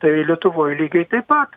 tai lietuvoj lygiai taip pat